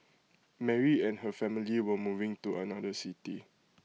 Mary and her family were moving to another city